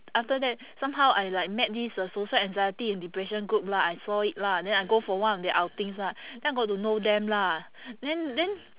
after that somehow I like met this uh social anxiety and depression group lah I saw it lah then I go for one of their outings lah then I got to know them lah then then